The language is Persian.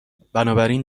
بنابراین